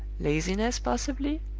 laziness, possibly?